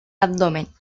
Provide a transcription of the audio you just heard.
abdomen